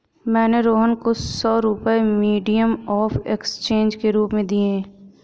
मैंने रोहन को सौ रुपए मीडियम ऑफ़ एक्सचेंज के रूप में दिए